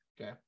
Okay